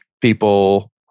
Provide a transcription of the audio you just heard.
people